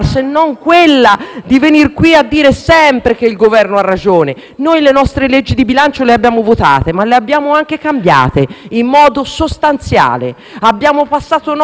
di bilancio le abbiamo votate, ma le abbiamo anche cambiate in modo sostanziale. Abbiamo passato notti e giorni nella scorsa legislatura nella Commissioni bilancio, facendo emendamenti,